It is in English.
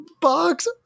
box